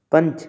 पञ्च